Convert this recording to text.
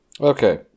Okay